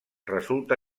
resulta